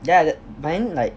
yeah but then like